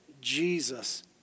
Jesus